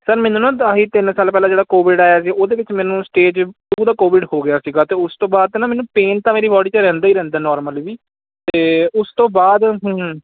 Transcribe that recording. sir ਮੈਨੂੰ ਨਾ ਤਾਂ ਹੀ ਤਿੰਨ ਸਾਲ ਪਹਿਲਾਂ ਜਿਹੜਾ ਕੋਵਿਡ ਆਇਆ ਸੀ ਉਹਦੇ ਵਿੱਚ ਮੈਨੂੰ ਸਟੇਜ ਟੂ ਦਾ ਕੋਵਿਡ ਹੋ ਗਿਆ ਸੀਗਾ ਅਤੇ ਉਸ ਤੋਂ ਬਾਅਦ ਅਤੇ ਨਾ ਮੈਨੂੰ ਪੇਨ ਤਾਂ ਮੇਰੀ ਬੋਡੀ 'ਚ ਰਹਿੰਦਾ ਹੀ ਰਹਿੰਦਾ ਨੋਰਮਲ ਵੀ ਅਤੇ ਉਸ ਤੋਂ ਬਾਅਦ